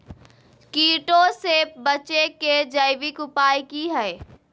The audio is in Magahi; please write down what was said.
कीटों से बचे के जैविक उपाय की हैय?